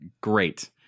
Great